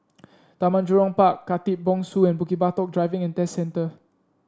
Taman Jurong Park Khatib Bongsu and Bukit Batok Driving And Test Centre